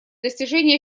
достижение